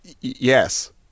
Yes